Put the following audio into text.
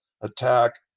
attack